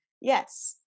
yes